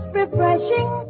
refreshing